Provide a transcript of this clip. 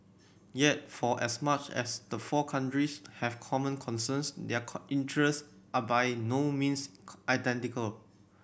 yet for as much as the four countries have common concerns their core interests are by no means identical